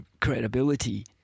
credibility